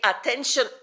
attention